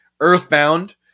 earthbound